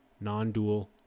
Non-dual